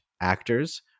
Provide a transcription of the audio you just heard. actors